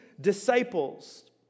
disciples